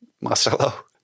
Marcelo